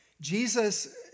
Jesus